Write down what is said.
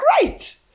great